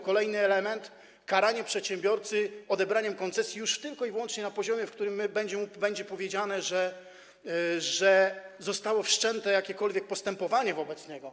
Kolejny element - karanie przedsiębiorcy odebraniem koncesji już tylko i wyłącznie na etapie, kiedy będzie powiedziane, że zostało wszczęte jakiekolwiek postępowanie wobec niego.